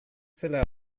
zela